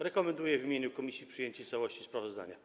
Rekomenduję w imieniu komisji przyjęcie całości sprawozdania.